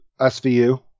SVU